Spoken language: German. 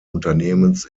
unternehmens